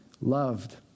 loved